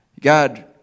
God